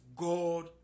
God